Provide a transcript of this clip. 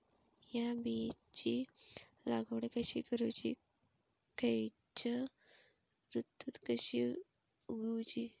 हया बियाची लागवड कशी करूची खैयच्य ऋतुत कशी उगउची?